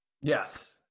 yes